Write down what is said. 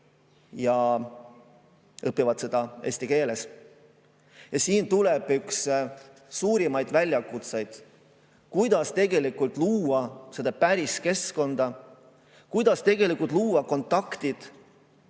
kes õpivad eesti keeles. Ja siin seisab üks suurimaid väljakutseid: kuidas tegelikult luua seda päris keskkonda, kuidas tegelikult luua kontaktid